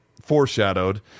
foreshadowed